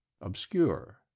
obscure